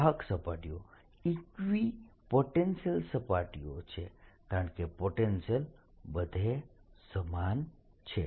વાહકની સપાટીઓ ઇકવીપોટેન્શિયલ સપાટીઓ છે કારણ કે પોટેન્શિયલ બધે સમાન છે